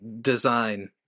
design